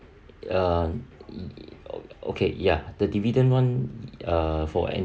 uh okay ya the dividend [one] uh for